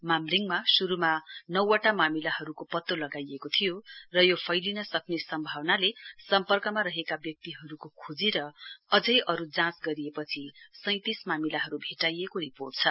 मामरिङमा श्रुमा नौ वटा मामिलाहरूको पतो लगाइएको थियो र यो फैलिनसक्ने सम्भावनाले सम्पर्कमा रहेका व्यक्तिहरूको खोजी र अझै अरू जाँच गरिएपछि सैँतिस मामिलाहरू भेट्टाइएको रिर्पोट छ